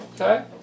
Okay